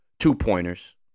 Two-pointers